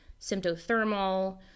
Symptothermal